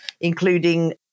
including